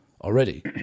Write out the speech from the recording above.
already